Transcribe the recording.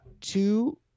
two